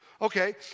Okay